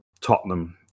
Tottenham